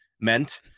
meant